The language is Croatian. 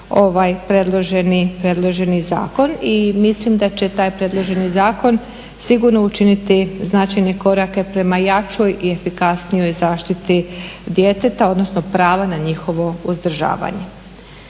predloženi zakon i mislim da će taj predloženi zakon sigurno učiniti značajne korake prema jačoj i efikasnijoj zaštiti djeteta, odnosno prava na njihovo uzdržavanje.